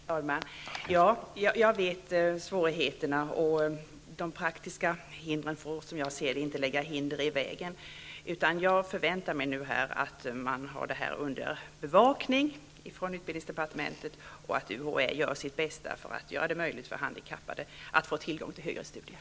Herr talman! Jag känner till svårigheterna. De praktiska bekymren får inte lägga hinder i vägen. Jag förväntar mig nu att man har detta under bevakning från utbildningsdepartementet och att UHÄ skall göra det bästa för att göra det möjligt för handikappade att få tillgång till högre studier.